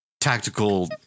tactical